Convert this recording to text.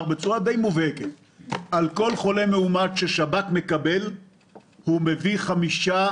בצורה די מובהקת שעל כל חולה מאומת ששב"כ מקבל הוא מביא חמישה